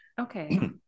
okay